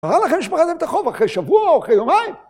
קרה לכם שפרעתם את החוב, אחרי שבוע או אחרי יומיים?